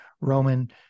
Roman